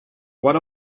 what